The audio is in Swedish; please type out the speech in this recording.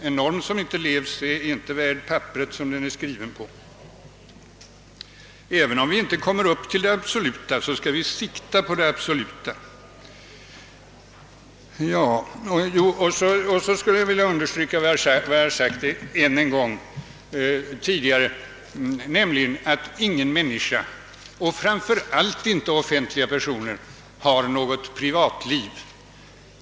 En norm som inte efterlevs är inte värd papperet som den är skriven på. Även om vi inte når upp till det absoluta skall vi sikta på det. Jag skulle ännu en gång vilja understryka vad jag tidigare sagt, nämligen att ingen människa — framför allt inte offentliga personer — har något privatliv.